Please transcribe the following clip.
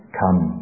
come